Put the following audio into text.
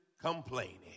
complaining